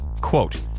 Quote